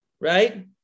right